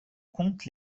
compte